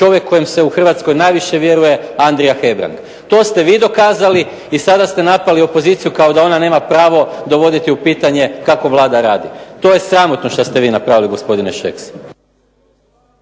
čovjek kojem se u Hrvatskoj najviše vjeruje Andrija Hebrang. To ste vi dokazali i sada ste napali opoziciju kao da ona nema pravo dovoditi u pitanje kako Vlada radi. To je sramotno što ste vi napravili gospodine Šeks.